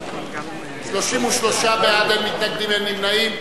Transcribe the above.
33 בעד, אין מתנגדים, אין נמנעים.